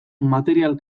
material